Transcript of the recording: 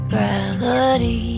Gravity